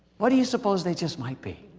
what do you suppose they just might be?